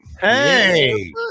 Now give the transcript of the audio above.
Hey